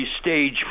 stage